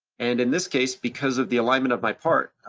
and in this case, because of the alignment of my part,